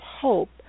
hope